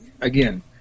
again